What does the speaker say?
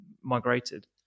migrated